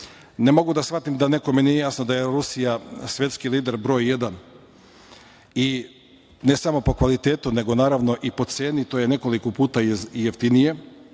ne mogu da shvatim da nekome nije jasno da je Rusija svetski lider broj jedan, ne samo po kvalitetu nego i po ceni, to je nekoliko puta jeftinije